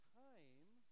time